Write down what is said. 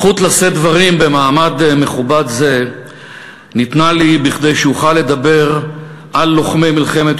הזכות לשאת דברים במעמד מכובד זה ניתנה לי כדי שאוכל לדבר על לוחמי מלחמת